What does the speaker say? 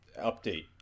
update